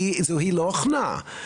כי היא לא הוכנה.